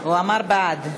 הוא אמר בעד.